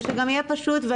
ושגם יהיה פשוט.